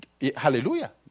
hallelujah